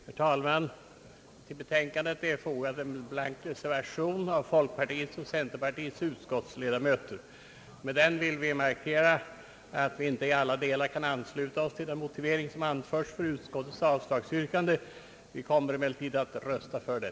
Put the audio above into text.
Herr talman! Till detta betänkande är fogad en blank reservation av folkpartiets och centerpartiets utskottsledamöter. Med den vill vi markera att vi inte i alla delar kan ansluta oss till den motivering som anförts för utskottets avslagsyrkande. Vi kommer emellertid att rösta för det.